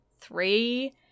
three